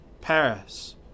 Paris